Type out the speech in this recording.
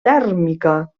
tèrmica